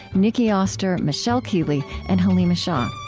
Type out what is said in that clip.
nicki oster, michelle keeley, and haleema shah